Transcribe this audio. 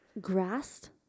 grass